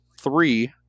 three